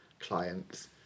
clients